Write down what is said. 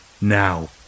now